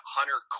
Hunter